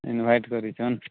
invite କରିଛନ୍